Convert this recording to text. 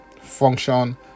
function